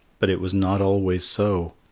but it was not always so.